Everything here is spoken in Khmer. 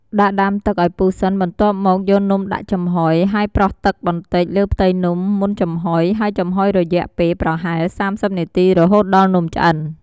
ដាក់ដាំទឹកឱ្យពុះសិន បន្ទាប់មកយកនំដាក់ចំហុយ ហើយប្រោះទឹកបន្តិចលើផ្ទៃនំមុនចំហុយ ហើយចំហុយរយៈពេលប្រហែល ៣០ នាទីរហូតដល់នំឆ្អិន។